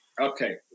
Okay